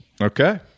Okay